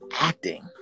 acting